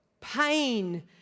pain